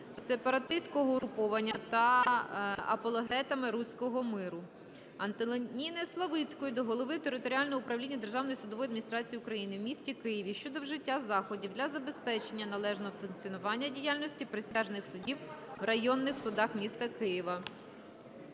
сепаратистськими угрупуваннями та апологетами "руського миру". Антоніни Славицької до голови територіального управління Державної судової адміністрації України в місті Києві щодо вжиття заходів для забезпечення належного функціонування діяльності присяжних суддів в районних судах м. Києва.